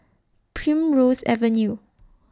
Primrose Avenue